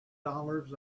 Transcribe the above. dollars